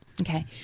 Okay